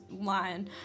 lying